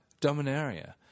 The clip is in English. Dominaria